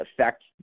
affect